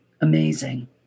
Amazing